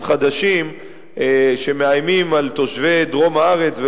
חדשים שמאיימים על תושבי דרום הארץ,